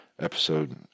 episode